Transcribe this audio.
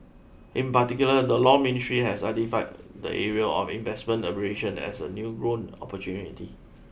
in particular the Law Ministry has identified the area of investment arbitration as a new growth opportunity